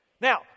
Now